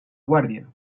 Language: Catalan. guàrdia